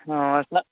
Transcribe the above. हँ आओर